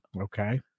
Okay